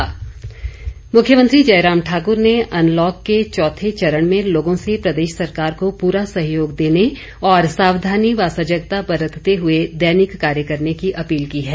मुख्यमंत्री अपील मुख्यमंत्री जयराम ठाकुर ने अनलॉक के चौथे चरण में लोगों से प्रदेश सरकार को पूरा सहयोग देने और सावधानी व सजगता बरतते हुए दैनिक कार्य करने की अपील की है